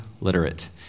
literate